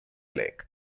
lake